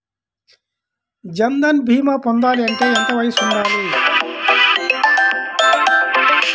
జన్ధన్ భీమా పొందాలి అంటే ఎంత వయసు ఉండాలి?